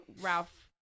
ralph